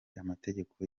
amategeko